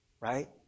right